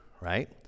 right